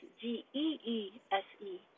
G-E-E-S-E